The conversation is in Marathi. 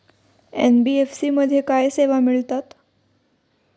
एन.बी.एफ.सी मध्ये काय सेवा मिळतात?